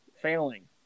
failing